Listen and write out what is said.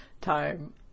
time